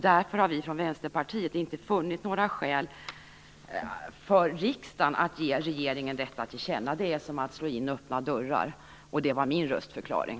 Därför har vi från Vänsterpartiet inte funnit några skäl för riksdagen att ge regeringen detta till känna. Det är som att slå in öppna dörrar. Det var min röstförklaring.